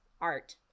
art